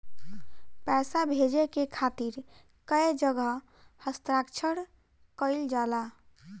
पैसा भेजे के खातिर कै जगह हस्ताक्षर कैइल जाला?